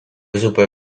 chupe